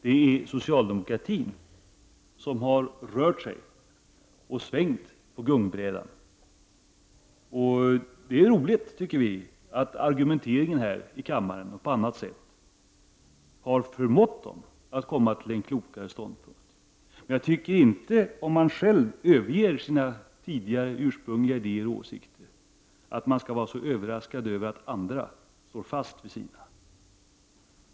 Det är socialdemokratin som har rört sig och svängt på gungbrädan. Det är roligt, tycker vi, att argumenteringen här i kammaren och på annat sätt har förmått socialdemokraterna att komma till en klokare ståndpunkt. Men jag tycker inte, om man själv överger sina ursprungliga idéer och åsikter, att man skall vara så överraskad över att andra står fast vid sina.